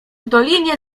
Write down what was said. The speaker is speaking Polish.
dolinie